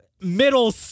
middle